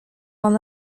one